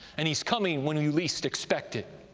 and he's coming when you least expect it.